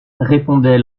répondait